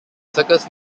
circus